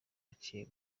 yaciye